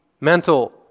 mental